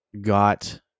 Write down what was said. got